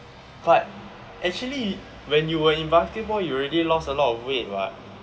but actually when you were in basketball you already lost a lot of weight [what]